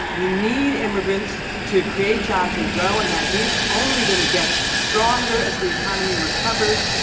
we need immigrants to create jobs and grow. and that need's only going to get stronger as the economy recovers.